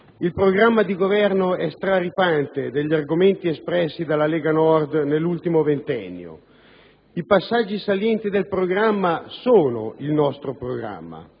Il programma di Governo è straripante degli argomenti espressi dalla Lega Nord nell'ultimo ventennio. I passaggi salienti del programma sono il nostro programma,